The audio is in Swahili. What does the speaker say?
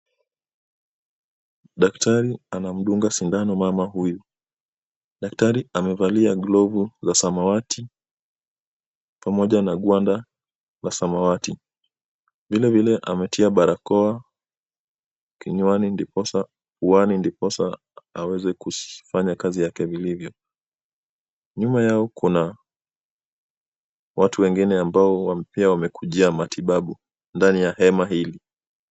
Daktari anamdunga sindano mama huyu. Daktari amevalia glovu la samawati pamoja na gwanda la samawati, vilevile ametia barakoa kinywani ndiposa aweze kufanya kazi yake vilivyo. Nyuma yao kuna watu wengine ambao pia wamekujia matibabu ndani ya hema hili.